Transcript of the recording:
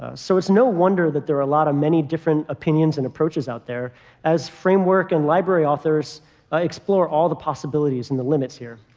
ah so it's no wonder that there are a lot of many different opinions and approaches out there as framework and library authors ah explore all the possibilities and the limits here.